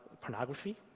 pornography